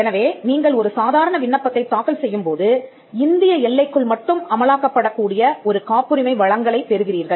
எனவே நீங்கள் ஒரு சாதாரண விண்ணப்பத்தைத் தாக்கல் செய்யும்போது இந்திய எல்லைக்குள் மட்டும் அமலாக்கப் படக்கூடிய ஒரு காப்புரிமை வழங்கலைப் பெறுகிறீர்கள்